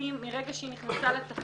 המשפטים מרגע שהיא נכנסה לתפקיד